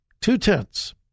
Two-tenths